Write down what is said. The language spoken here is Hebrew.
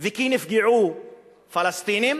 וכי נפגעו פלסטינים.